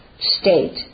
state